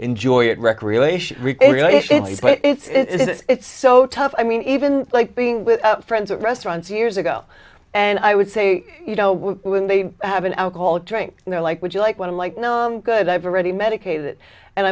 enjoy it recreation it's so tough i mean even like being with friends at restaurants years ago and i would say you know when they have an alcoholic drink and they're like would you like one i'm like no i'm good i've already medicated